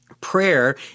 Prayer